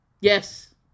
Yes